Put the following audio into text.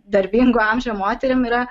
darbingo amžiaus moterims yra